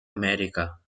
america